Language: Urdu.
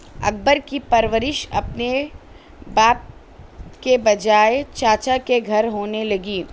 اکبر کی پرورش اپنے باپ کے بجائے چاچا کے گھر ہونے لگی